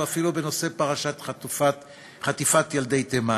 או אפילו בנושא פרשת חטיפת ילדי תימן.